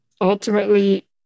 ultimately